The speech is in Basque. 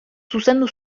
zuzendu